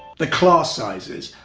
the class sizes.